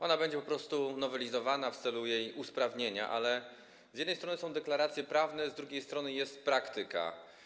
Ona będzie po prostu nowelizowana w celu jej usprawnienia, ale z jednej strony są deklaracje prawne, z drugiej strony jest praktyka.